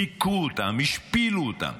היכו אותם, השפילו אותם.